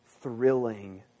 thrilling